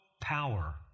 power